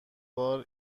بار